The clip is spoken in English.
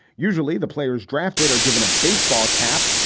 usually the players drafted or given a baseball cap,